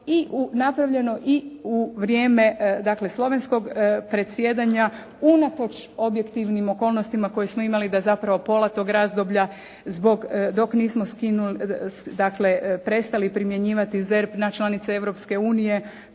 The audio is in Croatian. napravljeno i u vrijeme slovenskog predsjedanja unatoč objektivnim okolnostima koje smo imali da je zapravo pola tog razdoblja dok nismo prestali primjenjivati ZERP na članice